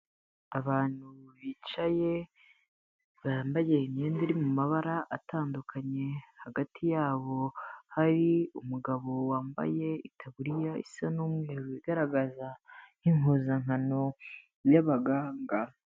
Abantu bicaye bambaye imyenda iri mu mabara atandukanye; hagati yabo hari umugabo wambaye itaburiya isa n'umweru; bigaragaza nk'impuzankano z'abaganga